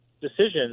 decisions